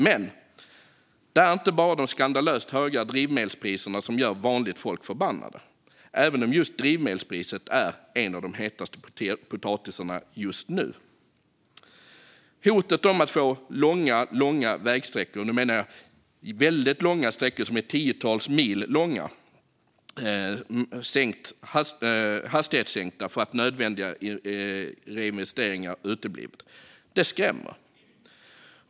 Men det är inte bara de skandalöst höga drivmedelspriserna som gör vanligt folk förbannade, även om drivmedelspriserna hör till de hetaste potatisarna just nu. Hotet om att få långa vägsträckor - nu menar jag väldigt långa sträckor som är tiotals mil långa - hastighetssänkta för att nödvändiga reinvesteringar uteblivit skrämmer.